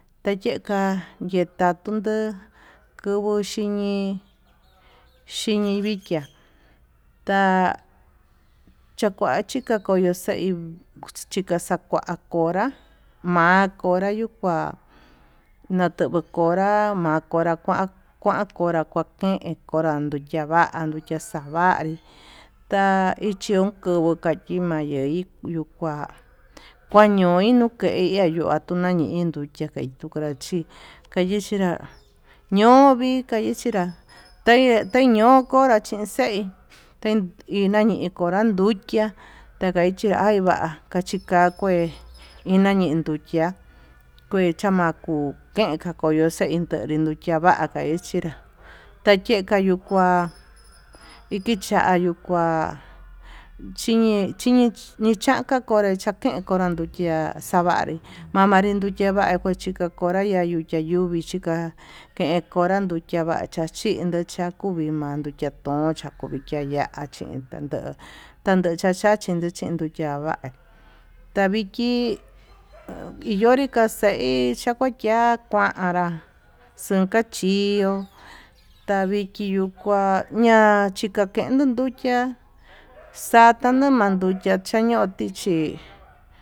Tayeka yeka tundó kuvuu xhiñi xhilivikia, ta'a kakua chikakoyo xeí chika xakua konrá makonra yuu kua natunru konra makonra kuan, kuan konra maken konrá anduchia va'a andukia xavanrí, ta'a ichi uun kovo mache hiyukua kuañeu tunakei va'a matayu nayendu chiakei kukanrachí, kayichinra ñovii kanrixhinrá ño'o konra xhin xeí ten inras konra nduchiá tandia chivai va'a chikakue inya iin nduchiá, kue chamaku kuen kayuyo xein inchanri nduchavaka iin xhinrá takeka yuu kuá ikiyayu kuá, chin chinichika konre ñaken konranko ya'a xavanrí navan ndanduki va'a naken konrá iha uchayuvi chiká ken konra nduchia vachan chindó chaku vii mango chatonchiá, kuvika iha chachindo tanducha cha chachindo yava'a taviki inroyi kaxeí kukian kuanra xunkachió taviki yuu kuan ñachí kankendo ndukiá xa'a taña manduchia kaño'o chinchi.